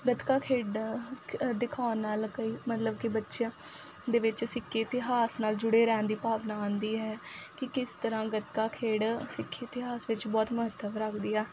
ਗੱਤਕਾ ਖੇਡ ਦਿਖਾਉਣ ਨਾਲ ਕਈ ਮਤਲਬ ਕਿ ਬੱਚਿਆਂ ਦੇ ਵਿੱਚ ਸਿੱਖ ਇਤਿਹਾਸ ਨਾਲ ਜੁੜੇ ਰਹਿਣ ਦੀ ਭਾਵਨਾ ਆਉਂਦੀ ਹੈ ਕਿ ਕਿਸ ਤਰ੍ਹਾਂ ਗੱਤਕਾ ਖੇਡ ਸਿੱਖੀ ਇਤਿਹਾਸ ਵਿੱਚ ਬਹੁਤ ਮਹੱਤਵ ਰੱਖਦੀ ਆ